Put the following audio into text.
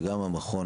גם המכון,